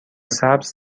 سبز